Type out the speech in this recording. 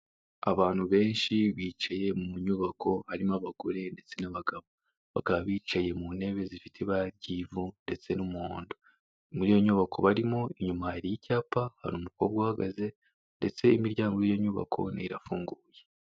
Abantu benshi bicaye mu nyubako harimo abagore ndetse n'abagabo, bakaba bicaye mu ntebe zifite iba ry'ivu ndetse n'umuhondo muri iyo nyubako barimo inyuma hari icyapa hariru umukobwa uhagaze ndetse imiryango y'iyo nyubako irafunguye.